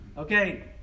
Okay